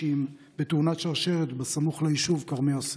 בתאונת שרשרת בסמוך ליישוב כרמי יוסף,